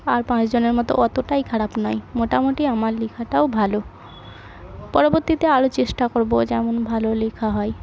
আর পাঁচজনের মতো অতোটাই খারাপ নয় মোটামোটি আমার লিখাটাও ভালো পরবর্তীতে আরও চেষ্টা করবো যেমন ভালো লেখা হয়